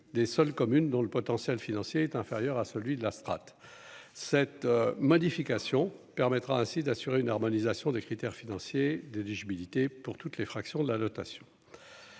des seuls communes dont le potentiel financier est inférieur à celui de la strate cette modification permettra ainsi d'assurer une harmonisation des critères financiers de Dish militer pour toutes les fractions de la notation.